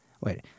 Wait